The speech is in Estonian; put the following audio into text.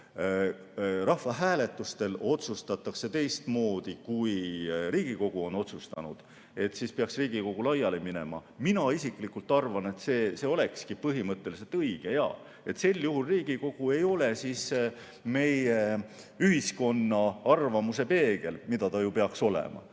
rahvahääletusel otsustatakse teistmoodi, kui Riigikogu on otsustanud, siis peaks Riigikogu laiali minema. Mina isiklikult arvan, et see olekski põhimõtteliselt õige. Sel juhul ei ole Riigikogu meie ühiskonna arvamuse peegel, mida ta ju peaks olema.